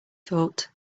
thought